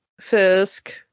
Fisk